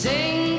Sing